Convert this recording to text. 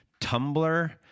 Tumblr